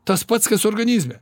tas pats kas organizme